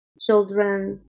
children